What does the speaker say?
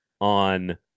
on